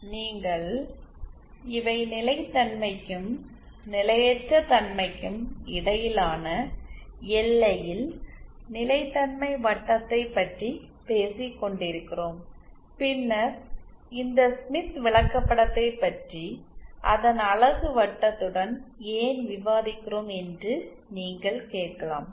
நீங்கள் இவை நிலைத்தன்மைக்கும் நிலையற்ற தன்மைக்கும் இடையிலான எல்லையில் நிலைத்தன்மை வட்டத்தைப் பற்றிய பேசி கொண்டிருக்கிறோம் பின்னர் இந்த ஸ்மித் விளக்கப்படத்தைப் பற்றி அதன் அலகு வட்டத்துடன் ஏன் விவாதிக்கிறோம் என்று நீங்கள் கேட்கலாம்